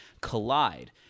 collide